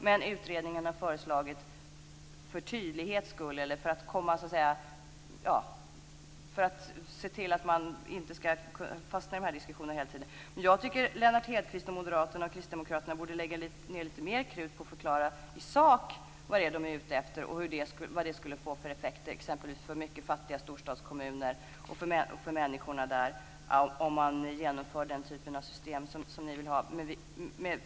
Men utredningen har lagt fram sitt förslag för tydlighets skull eller för att man inte hela tiden skall fastna i de här diskussionerna. Jag tycker att Lennart Hedquist och moderaterna samt kristdemokraterna borde lägga ned lite mer krut på att i sak förklara vad de är ute efter och vad det skulle få för effekter, exempelvis för mycket fattiga storstadskommuner och för människorna där, om man genomför den typ av system som ni vill ha.